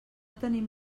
tenim